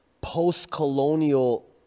post-colonial